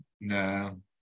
no